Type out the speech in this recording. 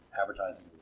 advertising